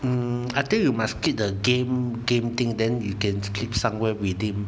mm I think you must click the game game thing then you can click somewhere redeem